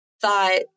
thought